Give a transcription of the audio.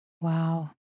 wow